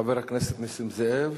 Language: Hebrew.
חבר הכנסת נסים זאב,